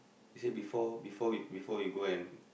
he say before before we before we go and